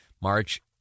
March